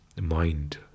mind